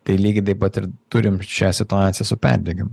tai lygiai taip pat ir turime šią situaciją su perdegimu